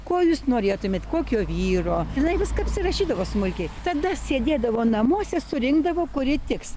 ko jūs norėtumėt kokio vyro jinai viską užsirašydavo smulkiai tada sėdėdavo namuose surinkdavo kuri tiks